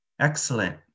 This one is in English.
excellent